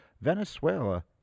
Venezuela